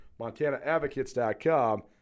MontanaAdvocates.com